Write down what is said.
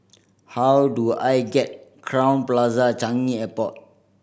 how do I get Crowne Plaza Changi Airport